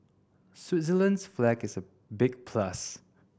Switzerland's flag is a big plus